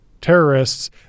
terrorists